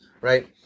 right